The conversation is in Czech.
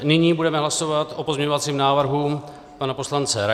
Nyní budeme hlasovat o pozměňovacím návrhu pana poslance Raise.